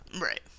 Right